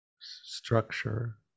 structure